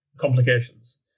complications